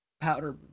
powder